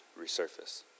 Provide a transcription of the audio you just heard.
resurface